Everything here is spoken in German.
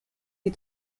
die